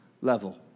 level